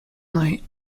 night